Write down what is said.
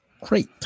Great